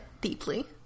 deeply